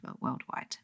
worldwide